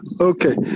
Okay